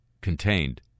contained